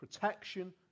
Protection